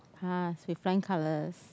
pass with flying colours